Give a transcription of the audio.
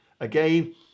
Again